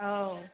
औ